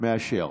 מאשר.